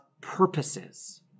purposes